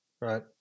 Right